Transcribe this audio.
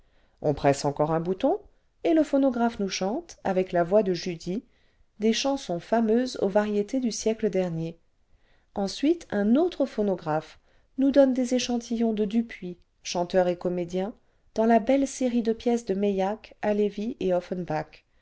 on presse encore un bouton et le phonographe nous chante avec la voix de juche des chansons fameuses aux variétés du siècle dernier ensuite un autre phonographe nous donne des échantillons de dupuis chanteur et comédien dans la belle série de pièces de meilhac halévy et offenbach